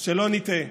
אז שלא נטעה: